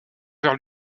vers